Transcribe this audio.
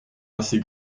assez